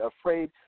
afraid